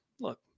Look